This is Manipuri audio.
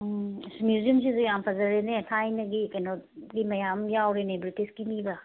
ꯎꯝ ꯃ꯭ꯌꯨꯖ꯭ꯌꯝꯁꯤꯁꯨ ꯌꯥꯝ ꯐꯖꯔꯦꯅꯦ ꯊꯥꯏꯅꯒꯤ ꯀꯩꯅꯣꯒꯤ ꯃꯌꯥꯝ ꯌꯥꯎꯔꯦꯅꯦ ꯕ꯭ꯔꯤꯇꯤꯁꯒꯤ ꯃꯤꯒꯥ